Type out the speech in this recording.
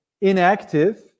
inactive